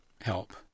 help